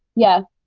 yeah.